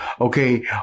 Okay